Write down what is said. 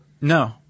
No